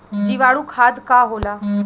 जीवाणु खाद का होला?